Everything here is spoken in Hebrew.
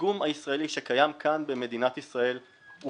הפיגום הישראלי שקיים כאן במדינת ישראל הוא